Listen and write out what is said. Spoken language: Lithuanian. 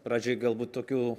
pradžiai galbūt tokių